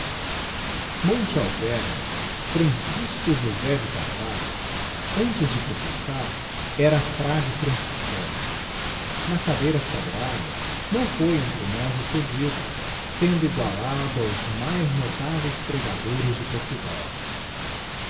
monte alveme francisco josé de carvalho antes de professar era frade franciscano na cadeira sagrada nâo foi entre nós excedido tendo egualado aos mais notáveis pregadores de portugal